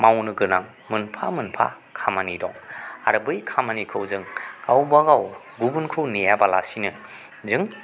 मावनो गोनां मोनफा मोनफा खामानि दं आरो बै खामानिखौ जों गावबागाव गुबुनखौ नेयाबालासिनो जों